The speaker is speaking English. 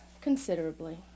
considerably